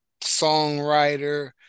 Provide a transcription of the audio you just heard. songwriter